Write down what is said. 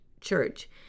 church